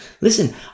listen